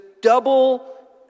double